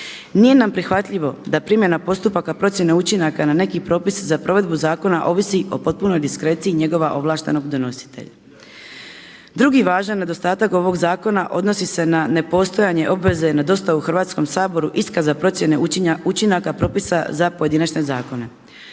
Nije nam prihvatljivo da primjena postupaka procjene učinaka na neki propis za provedbu zakona ovisi o potpunoj diskreciji njegova ovlaštenog donositelja. Drugi važan nedostatak ovog zakona odnosi se na nepostojanje obveze na dosta u Hrvatskom saboru iskaza procjene učinaka propisa za pojedinačne zakone.